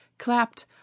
clapped